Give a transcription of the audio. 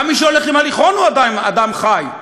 גם מי שהולך עם הליכון הוא עדיין אדם חי.